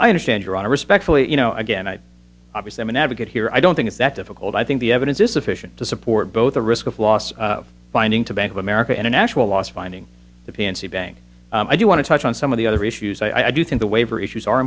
i understand your honor respectfully you know again i obviously am an advocate here i don't think it's that difficult i think the evidence is sufficient to support both the risk of loss of finding to bank with erica international lost finding the fiancee bank i do want to touch on some of the other issues i do think the waiver issues are